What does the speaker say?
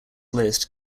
list